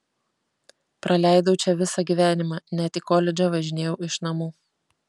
praleidau čia visą gyvenimą net į koledžą važinėjau iš namų